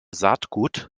saatgut